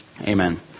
Amen